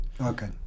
Okay